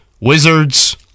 Wizards